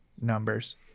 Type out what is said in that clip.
numbers